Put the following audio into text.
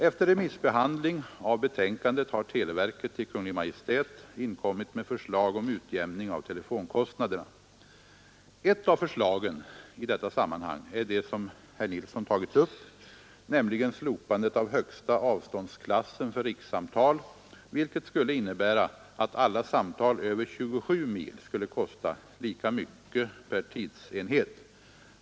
Efter remissbehandling av betänkandet har televerket till Kungl. Maj:t inkommit med förslag om utjämning av telefonkostnaderna. Ett av förslagen i detta sammanhang är det som herr Nilsson tagit upp, nämligen slopande av högsta avståndsklassen för rikssamtal, vilket skulle innebära att alla samtal över 27 mil skulle kosta lika mycket per tidsenhet.